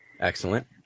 Excellent